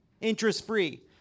interest-free